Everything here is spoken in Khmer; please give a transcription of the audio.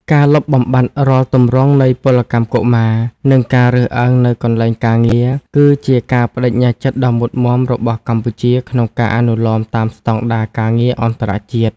ការលុបបំបាត់រាល់ទម្រង់នៃពលកម្មកុមារ និងការរើសអើងនៅកន្លែងការងារ គឺជាការប្ដេជ្ញាចិត្តដ៏មុតមាំរបស់កម្ពុជាក្នុងការអនុលោមតាមស្ដង់ដារការងារអន្តរជាតិ ។